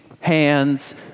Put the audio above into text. hands